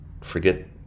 forget